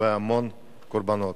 המון קורבנות.